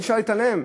אי-אפשר להתעלם.